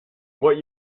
what